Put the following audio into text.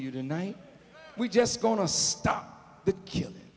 you tonight we're just going to stop the killing